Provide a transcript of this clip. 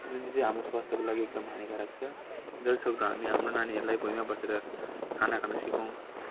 जुन चाहिँ चाहिँ हाम्रो स्वास्थ्यको लागि एकदम हानिकारक छ जतिसक्दो हामी हाम्रो नानीहरूलाई भुइँमा बसेर खाना खान सिकाऊँ